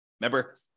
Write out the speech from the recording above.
Remember